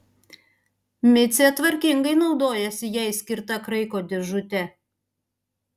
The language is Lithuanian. micė tvarkingai naudojasi jai skirta kraiko dėžute